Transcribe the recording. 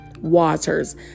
waters